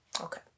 Okay